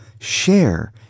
share